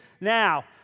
now